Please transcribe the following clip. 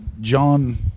John